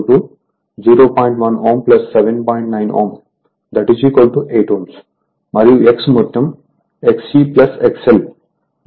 98 Ω8Ω మరియు X మొత్తం Xe XL6Ω